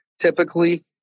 typically